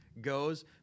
goes